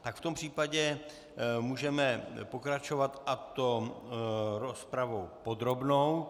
V tom případě můžeme pokračovat, a to rozpravou podrobnou.